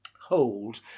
hold